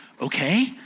okay